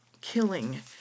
killing